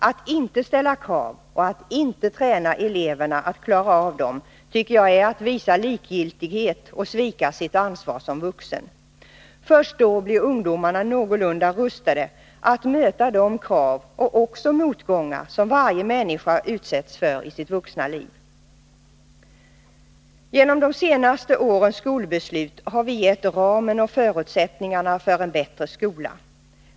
Först då blir ungdomarna någorlunda rustade att möta de krav — och också de motgångar — som varje människa utsätts för i sitt vuxna liv. Att inte ställa krav och att inte träna eleverna att klara av dem tycker jag är att visa likgiltighet och att svika sitt ansvar som vuxen. Genom de senaste årens skolbeslut har vi gett ramen och förutsättningarna för en bättre skola.